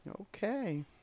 Okay